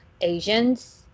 asians